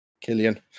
Killian